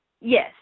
Yes